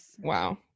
Wow